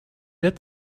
lit